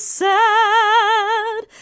sad